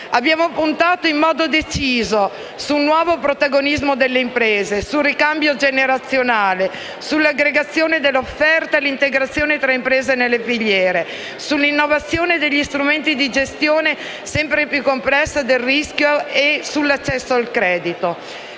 Abbiamo puntato con decisione su un nuovo protagonismo delle imprese, sul ricambio generazionale, sull'aggregazione dell'offerta e l'integrazione tra imprese nelle filiere, sull'innovazione degli strumenti della gestione - sempre più complessa - del rischio e dell'accesso al credito.